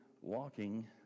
walking